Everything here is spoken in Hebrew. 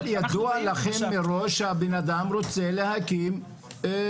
אנחנו באים --- אבל ידוע לכם מראש שהבן-אדם רוצה להקים גן.